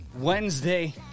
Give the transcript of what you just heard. Wednesday